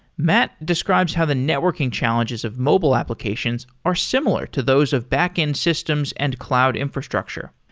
matt describes how the networking challenges of mobile applications are similar to those of backend systems and cloud infrastructure.